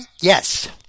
yes